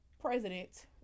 president